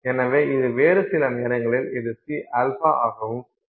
எனவே இது வேறு சில நேரங்களில் இது Cα ஆகவும் மற்றும் இது C திரவமாக இருக்கும்